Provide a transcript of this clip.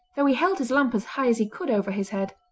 though he held his lamp as high as he could over his head.